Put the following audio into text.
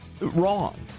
wrong